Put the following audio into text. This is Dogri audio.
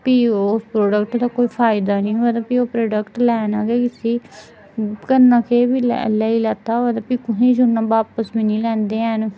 फ्ही ओह् प्रोडक्ट दा कोई फैदा नेईं होऐ ते फ्ही ओह् प्रोडक्ट लैना गै कैह्सी करना केह् फ्ही ले लेई लैता होवै ते फ्ही कुत्थै छोड़ना बापस बी निं लैंदे हैन